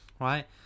right